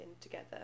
together